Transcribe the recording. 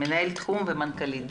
תחום, ותמר אלון המנכ"לית.